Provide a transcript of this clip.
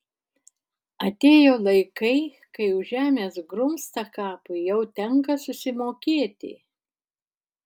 atėjo laikai kai už žemės grumstą kapui jau tenka susimokėti